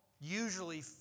usually